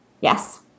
Yes